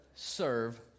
serve